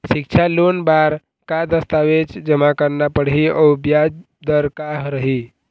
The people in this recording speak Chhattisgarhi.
सिक्छा लोन बार का का दस्तावेज जमा करना पढ़ही अउ ब्याज दर का रही?